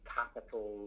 capital